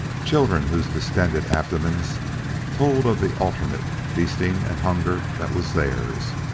children, whose distended abdomens told of the alternate feasting and hunger that was theirs,